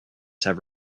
have